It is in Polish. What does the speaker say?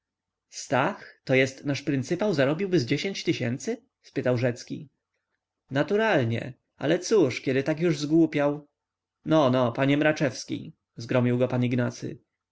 stach to jest nasz pryncypał zarobiłby z dziesięć tysięcy spytał rzecki naturalnie ale cóż kiedy tak już zgłupiał no no panie mraczewski zgromił go pan ignacy